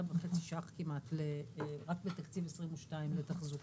וחצי ₪ כמעט רק בתקציב 2022 לתחזוקה.